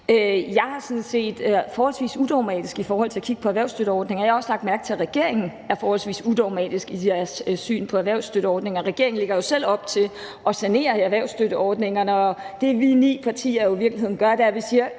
Jeg er sådan set forholdsvis udogmatisk i forhold til at kigge på erhvervsstøtteordninger, og jeg har også lagt mærke til, at man i regeringen er forholdsvis udogmatisk i sit syn på erhvervsstøtteordninger. Regeringen lægger jo selv op til at sanere i erhvervsstøtteordningerne, og det, vi ni partier i virkeligheden gør, er, at vi siger: